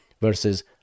versus